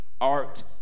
art